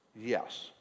Yes